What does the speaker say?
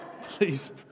please